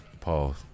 Pause